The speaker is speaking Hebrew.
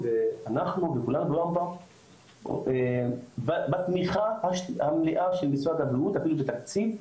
ברמב"ם בתמיכה המלאה של משרד הבריאות אפילו בתקציב,